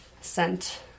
sent